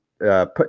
Put